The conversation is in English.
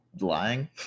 lying